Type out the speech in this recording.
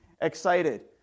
excited